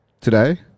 today